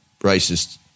racist